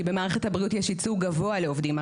כי במערכת הבריאות יש ייצוג גבוה לעובדים ערבים,